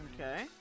Okay